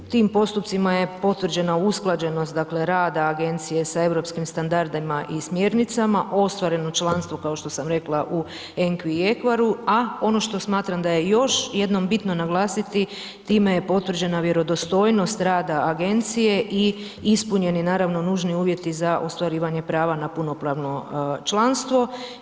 Tim postupcima je potvrđena usklađenost, dakle agencije sa europskim standardima i smjernicama, ostvareno članstvo kao što sam rekla ENQA-i EQAR-u, a ono što smatram da je još jednom bitno naglasiti time je potvrđena vjerodostojnost rada agencije i ispunjeni naravno nužni uvjeti za ostvarivanje prava na punopravno članstvo.